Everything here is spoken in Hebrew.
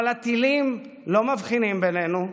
אבל הטילים לא מבחינים בינינו,